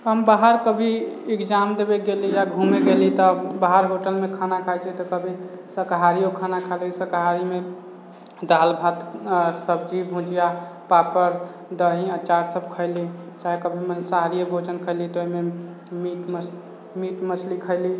हम बाहर कभी एक्जाम देबे गेली या घुमै गेली तब बाहर होटलमे खाना खाइ छियै तऽ कभी शाकाहरियो खाना खा लै छियै शाकाहारीमे दालि भात अऽ सब्जी भुजिया पापड़ दही अचार सब खैली चाहे कभी माँसाहारिये भोजन कैली मीट मछ मीट मछली खैली